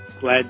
glad